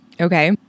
Okay